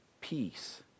peace